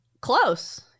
Close